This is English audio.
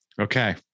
Okay